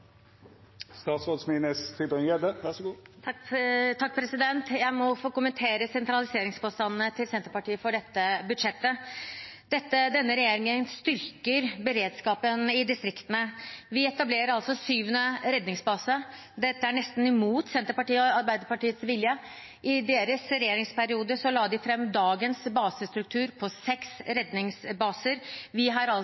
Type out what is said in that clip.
Jeg må få kommentere sentraliseringspåstandene til Senterpartiet for dette budsjettet. Denne regjeringen styrker beredskapen i distriktene. Vi etablerer syvende redningsbase. Dette er nesten imot Senterpartiets og Arbeiderpartiets vilje. I deres regjeringsperiode la de fram dagens basestruktur på seks redningsbaser. Vi har altså